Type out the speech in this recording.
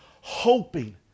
hoping